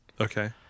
Okay